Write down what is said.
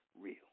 real